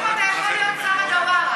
אתה יכול להיות שרה דווארה.